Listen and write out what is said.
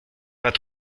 pas